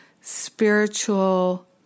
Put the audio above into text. spiritual